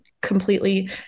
completely